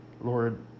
Lord